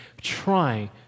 trying